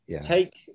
Take